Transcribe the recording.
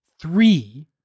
three